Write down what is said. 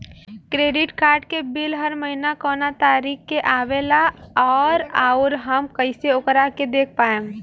Credit card के bill हर महीना कौना तारीक के आवेला और आउर हम कइसे ओकरा के देख पाएम?